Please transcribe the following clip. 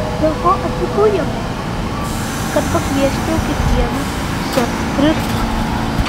dėl to atvykau į ameriką kad pakviesčiau kiekvieną sek kristų